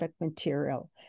material